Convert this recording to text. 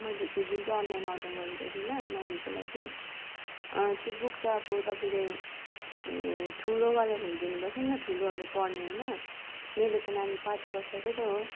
मैले त्यो जुन चाहिँ अनलाइन अर्डर गरेको थिइनँ नानीको लागि त्यो बुक त अब तपाईँले ए ठुलोवाला ल्याइदिनुभएछ नि त ठुलोहरूले पढ्ने होइन मेरो त नानी पाँच वर्षको त हो